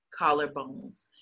collarbones